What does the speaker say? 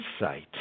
insight